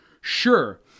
Sure